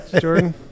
Jordan